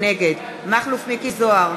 נגד מכלוף מיקי זוהר,